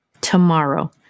tomorrow